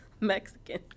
Mexican